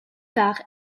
par